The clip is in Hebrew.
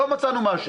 לא מצאנו משהו.